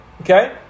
okay